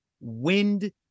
wind